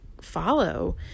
follow